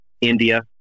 India